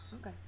Okay